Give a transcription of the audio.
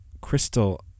crystal